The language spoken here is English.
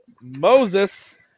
Moses